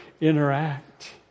interact